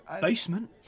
Basement